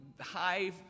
high